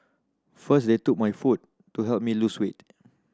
first they took my food to help me lose weight